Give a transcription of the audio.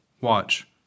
Watch